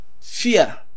Fear